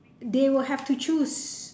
they will have to choose